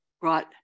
brought